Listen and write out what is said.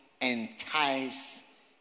entice